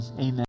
amen